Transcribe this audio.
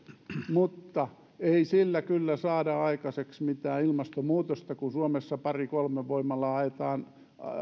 mutta ei sillä kyllä saada aikaiseksi mitään ilmastonmuutosta kun suomessa pari kolme voimalaa ajetaan